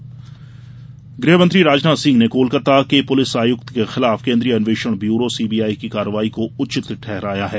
राजनाथ केन्द्रीय गृह मंत्री राजनाथ सिंह ने कोलकाता के पुलिस आयुक्त के खिलाफ केन्द्रीय अन्वेषण ब्यूरो सीबीआई की कार्रवाई को उचित ठहराया है